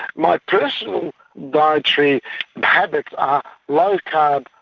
my personal dietary habits are low carb,